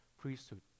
priesthood